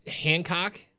hancock